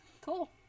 Cool